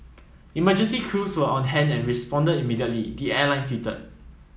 emergency crews were on hand and responded immediately the airline tweeted